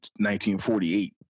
1948